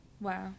Wow